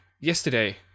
yesterday